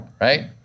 Right